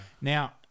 Now